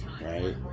right